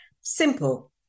Simple